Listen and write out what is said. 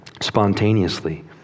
spontaneously